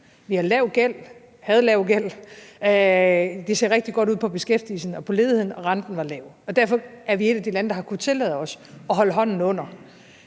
Vi havde lav gæld, og det så rigtig godt ud på beskæftigelsen og på ledigheden, og renten var lav, og derfor er vi et af de lande, der har kunnet tillade os at holde hånden under